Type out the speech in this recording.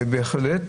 ובהחלט